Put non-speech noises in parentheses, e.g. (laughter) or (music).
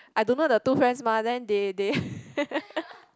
I don't know the two friends mah then they they (laughs)